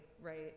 right